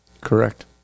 Correct